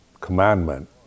commandment